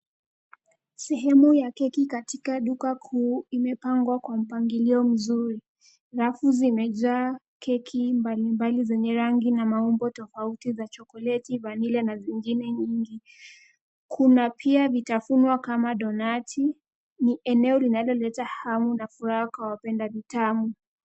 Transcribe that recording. Sehemu ya keki katika duka kuu imepangwa kwa mpangilio mzuri. Rafu zimejaa keki mbalimbali zenye rangi na maumbo tofauti za chocolate , vanilla na nyingine nyingi. Kuna pia vitafunwa kama donut . Ni eneo linaloleta hamu na furaha kwa wapenda vitamu.